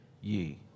ye